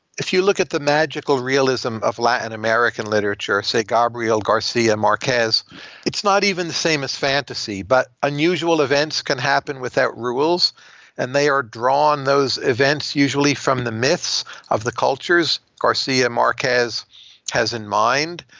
if you look at the magical realism of latin american literature, say, gabriele garcia marques, it's not even the same as fantasy, but unusual events can happen without rules and they are drawn those events usually from the myths of the cultures garcia marques has has in mind,